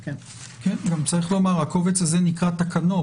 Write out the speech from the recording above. צריך לומר שהקובץ הזה נקרא תקנות.